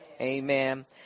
Amen